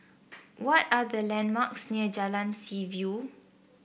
what are the landmarks near Jalan Seaview